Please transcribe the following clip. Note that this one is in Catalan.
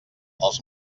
els